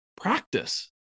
practice